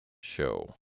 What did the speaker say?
show